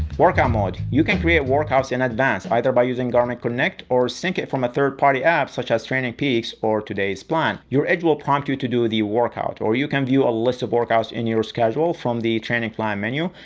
workout mode, you can create workouts in advance, either by using garmin connect or sync it from a third party app, such as trainingpeaks or today's plan. your edge will prompt you to do the workout, or you can view a list of workouts in your schedule from the training plan menu.